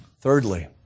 Thirdly